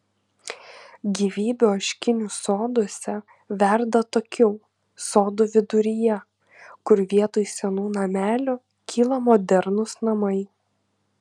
gyvybė ožkinių soduose verda atokiau sodų viduryje kur vietoj senų namelių kyla modernūs namai